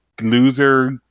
Loser